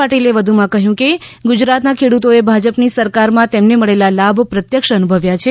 પાટીલે વધુમાં કહ્યું કે ગુજરાતના ખેડૂતોએ ભાજપની સરકારમાં તેમને મળેલા લાભ પ્રત્યક્ષ અનુભવ્યા છે